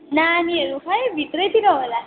नानीहरू खै भित्रैतिर होला